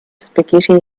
spaghetti